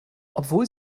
obwohl